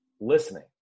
Listening